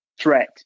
threat